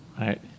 right